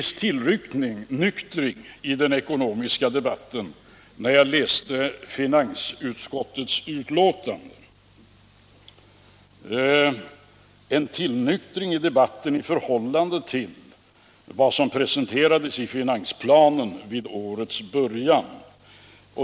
När jag läste finansutskottets betänkande tyckte jag mig finna en viss tillnyktring i den ekonomiska debatten i förhållande till vad som presenterades i finansplanen vid årets början.